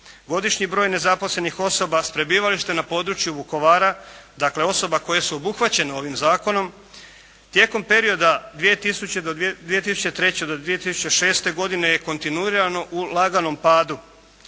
godišnji broj nezaposlenih osoba s prebivalištem na području Vukovara, dakle osoba koje su obuhvaćene ovim zakonom tijekom perioda 2003. do 2006. godine je kontinuirano u laganom padu.